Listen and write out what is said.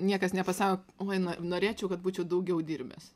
niekas nepasa oi no norėčiau kad būčiau daugiau dirbęs